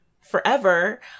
forever